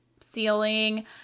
ceiling